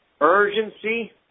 urgency